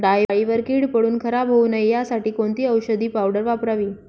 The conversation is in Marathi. डाळीवर कीड पडून खराब होऊ नये यासाठी कोणती औषधी पावडर वापरावी?